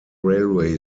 railway